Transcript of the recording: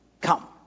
come